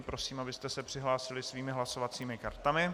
Prosím, abyste se přihlásili svými hlasovacími kartami.